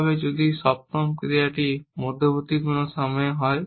কি হবে যদি এই সপ্তম ক্রিয়াটি মধ্যবর্তী কোন সময় হয়